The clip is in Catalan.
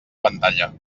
pantalla